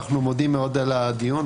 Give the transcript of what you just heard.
אנחנו מודים מאוד על הדיון,